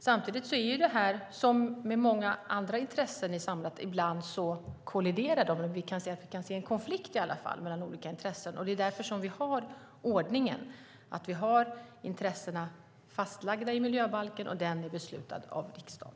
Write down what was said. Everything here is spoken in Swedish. Som när många intressen är samlade kan vi se en konflikt mellan olika intressen. Det är därför som vi har den ordningen att intressena är fastlagda i miljöbalken, och den är beslutad av riksdagen.